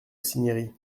cinieri